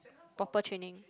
proper training